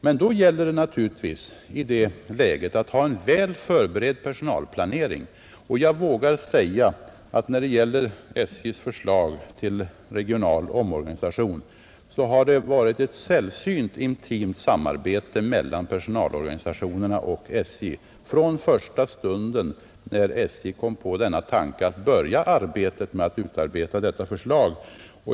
Men i det läget gäller det naturligtvis att ha en väl förberedd personalplanering, och jag vågar säga att i fråga om SJ:s förslag till regional omorganisation har det varit ett sällsynt intimt samarbete mellan personalorganisationerna och SJ, från första stund när SJ kom på tanken att börja utarbeta sitt förslag.